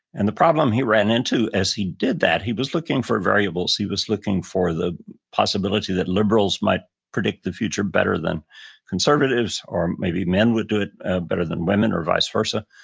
and the problem he ran into as he did that he was looking for variables. he was looking for the possibility that liberals might predict the future better than conservatives or maybe men would do it ah better than women or vice versa,